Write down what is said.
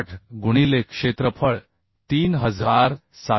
8 गुणिले क्षेत्रफळ 3712